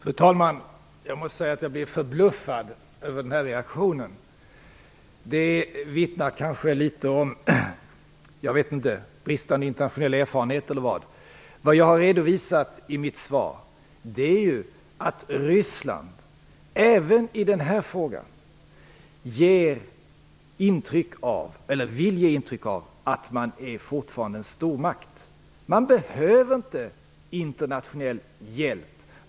Fru talman! Jag måste säga att jag blir förbluffad över den här reaktionen. Det vittnar kanske litet om bristande internationell erfarenhet, inte vet jag. Det jag har redovisat i mitt svar är att Ryssland även i den här frågan vill ge intryck av att man fortfarande är en stormakt. Man behöver inte internationell hjälp.